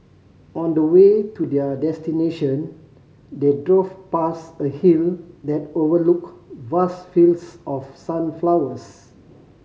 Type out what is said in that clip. on the way to their destination they drove past a hill that overlooked vast fields of sunflowers